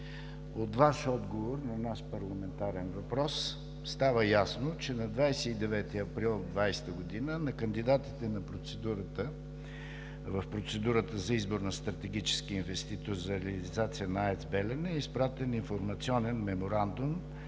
от Ваш отговор на наш парламентарен въпрос става ясно, че на 29 април 2020 г. на кандидатите в процедурата за избор на стратегически инвеститор за реализация на АЕЦ „Белене“ е изпратен Информационният меморандум